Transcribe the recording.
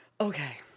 Okay